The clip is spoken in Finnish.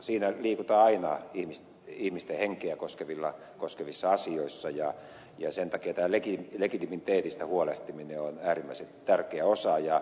siinä liikutaan aina ihmisten henkeä koskevissa asioissa ja sen takia tämä legitimiteetistä huolehtiminen on äärimmäisen tärkeä osa sitä